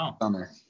summer